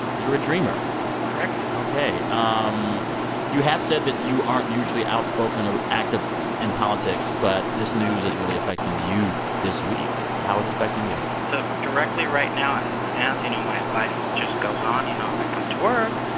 you're a dreamer correct ok, um you have said that you aren't usually outspoken or active in politics, but this news is really affecting you this week. how is it affecting you? so directly right now, as it stands, you know, my life just goes on. you know, i come to work.